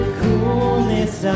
coolness